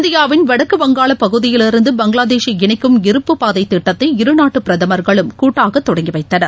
இந்தியாவின் வடக்கு வங்காளபகுதியிலிருந்து பங்களாதேஷை இணைக்கும் இருப்புப் பாதைதிட்டத்தை இருநாட்டுபிரதமர்களும் கூட்டாகதொடங்கிவைத்தனர்